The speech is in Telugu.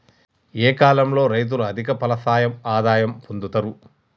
ఏ కాలం లో రైతులు అధిక ఫలసాయం ఆదాయం పొందుతరు?